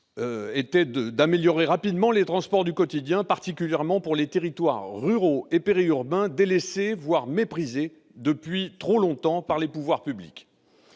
était d'améliorer rapidement les transports du quotidien, particulièrement pour les territoires ruraux et périurbains délaissés, voire méprisés depuis trop longtemps par les pouvoirs publics.